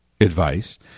advice